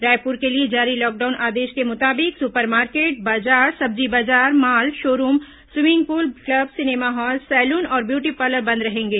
रायपुर के लिए जारी लॉकडाउन आदेश के मुताबिक सुपर मार्केट बाजार सब्जी बाजार mall show room swimming pool club cinema hall saloon और ब्यूरी पार्लर बंद रहेंगे